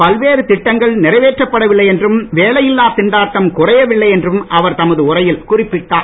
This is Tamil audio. பல்வேறு திட்டங்கள் நிறைவேற்றப்படவில்லை என்றும் வேலையில்லாத் திண்டாட்டம் குறையவில்லை என்றும் அவர் தமது உரையில் குறிப்பிட்டார்